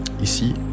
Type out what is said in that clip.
Ici